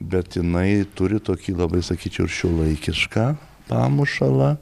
bet jinai turi tokį labai sakyčiau ir šiuolaikišką pamušalą